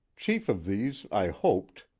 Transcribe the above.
chief of these, i hoped,